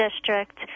District